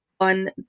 on